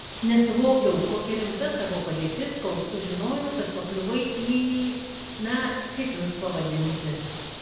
nesuvokiau kokia rimta tavo padėtis kol sužinojau kad pakliuvai į na kaip juos pavadinti